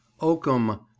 Oakum